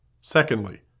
Secondly